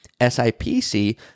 SIPC